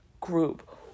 group